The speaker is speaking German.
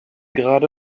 gerade